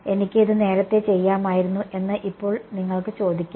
എനിക്ക് ഇത് നേരത്തെ ചെയ്യാമായിരുന്നു എന്ന് ഇപ്പോൾ നിങ്ങൾക്ക് ചോദിക്കാം